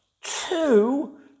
two